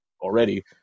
already